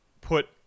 put